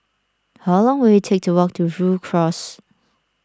how long will it take to walk to Rhu Cross